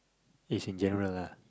is in general lah